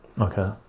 Okay